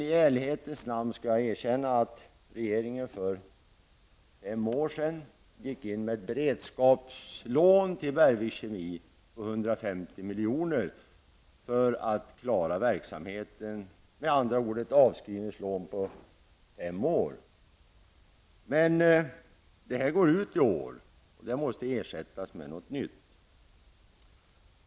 I ärlighetens namn skall jag erkänna att regeringen för fem år sedan gav ett beredskapslån till Bergviks Kemi på 150 milj.kr. för att klara verksamheten, med andra ord ett avskrivningslån på fem år. Men detta lån går ut i år och måste ersättas med något nytt.